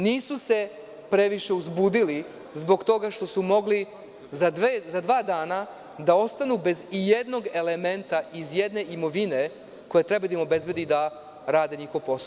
Nisu se previše uzbudili zbog toga što su mogli za dva dana da ostanu bez ijednog elementa iz jedne imovine koja treba da im obezbedi da rade njihov posao.